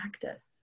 practice